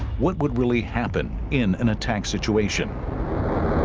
what would really happen in an attack situation